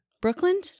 Brooklyn